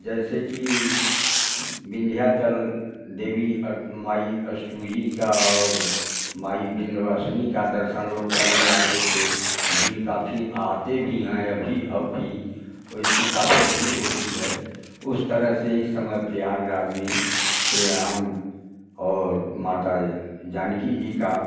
जैसे कि विंध्याचल देवी माई अष्टमी जी का और माई विंध्यवासिनी का दर्शन लोग करने आते थे भीड़ काफ़ी आते भी हैं अभी अब भी वैसी काफ़ी भीड़ होती है उस तरह से इस समय प्रयागराज में श्रीराम और माता जानकी जी का